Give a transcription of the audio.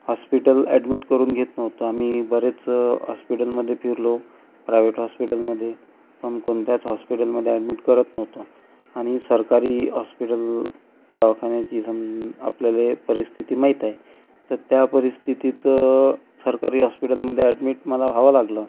hospital admit करून घेत नव्हतं आम्ही बरेच हॉस्पिटलमध्ये फिरलो प्रायव्हेट हॉस्पिटलमध्ये पण कोणत्याच हॉस्पिटलमध्ये ॲडमिट करत नव्हते आणि सरकारी हॉस्पिटल दवाखान्याची जन आपल्याला परिस्थिती माहीत आहे तर त्या परिस्थितीत सरकारी हॉस्पिटलमध्ये ॲडमिट मला व्हावं लागलं